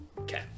Okay